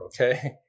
okay